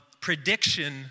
prediction